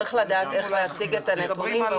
צריך לדעת איך להציג את הנתונים.